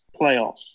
playoffs